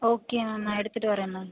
okay ma'am நான் எடுத்துகிட்டு வரேன் மேம்